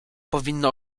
powinno